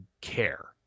care